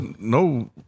no